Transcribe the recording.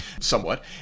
somewhat